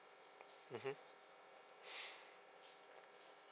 mmhmm